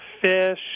fish